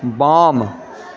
बाम